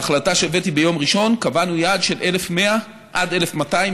בהחלטה שהבאתי ביום ראשון קבענו יעד של 1,100 עד 1,200,